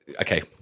Okay